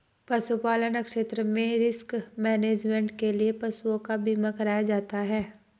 पशुपालन क्षेत्र में रिस्क मैनेजमेंट के लिए पशुओं का बीमा कराया जाता है